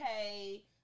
okay